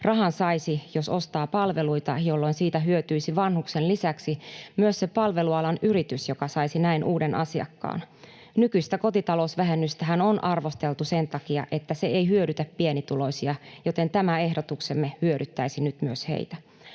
Rahan saisi, jos ostaa palveluita, jolloin siitä hyötyisi vanhuksen lisäksi myös se palvelualan yritys, joka saisi näin uuden asiakkaan. Nykyistä kotitalousvähennystähän on arvosteltu sen takia, että se ei hyödytä pienituloisia, joten tämä ehdotuksemme hyödyttäisi nyt myös heitä.